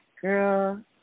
girl